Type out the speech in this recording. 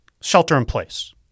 shelter-in-place